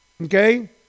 okay